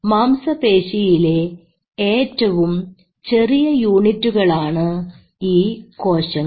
മാംസപേശി യിലെ ഏറ്റവും ചെറിയ യൂണിറ്റുകളാണ് ഈ കോശങ്ങൾ